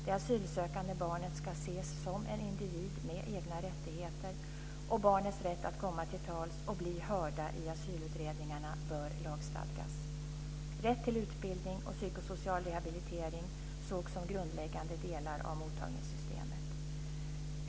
Det asylsökande barnet ska ses som en individ med egna rättigheter, och barnens rätt att komma till tals och bli hörda i asylutredningarna bör lagstadgas. Rätt till utbildning och psykosocial rehabilitering sågs som grundläggande delar av mottagningssystemet.